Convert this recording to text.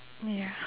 ya